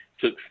took